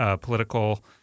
political